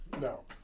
no